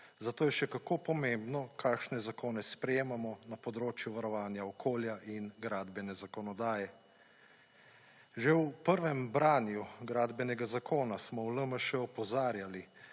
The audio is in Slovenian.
zato je še kako pomembno kakšne zakone sprejemamo na področju varovanja okolja in gradbene zakonodaje. Že v prvem branju gradbenega zakona smo v LMŠ opozarjali,